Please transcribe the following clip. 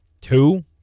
Two